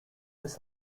his